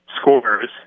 scores